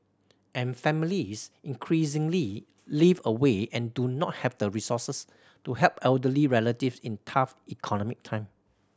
and families increasingly live away and do not have the resources to help elderly relative in tough economic time